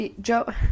Joe